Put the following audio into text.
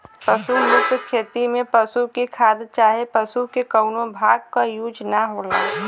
पशु मुक्त खेती में पशु के खाद चाहे पशु के कउनो भाग क यूज ना होला